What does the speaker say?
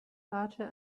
larger